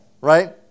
right